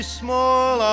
small